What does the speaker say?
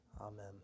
Amen